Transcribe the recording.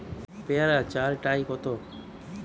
পেয়ারা চার টায় কত?